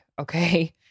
Okay